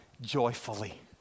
joyfully